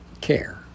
care